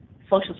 Social